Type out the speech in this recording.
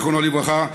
זיכרונו לברכה,